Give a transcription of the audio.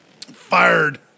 Fired